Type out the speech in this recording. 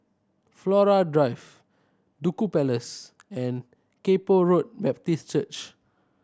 Flora Drive Duku Place and Kay Poh Road Baptist Church